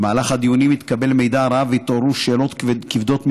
במהלך הדיונים התקבל מידע רב והתעוררו שאלות כבדות משקל,